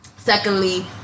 Secondly